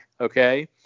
Okay